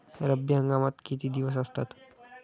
रब्बी हंगामात किती दिवस असतात?